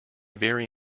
vary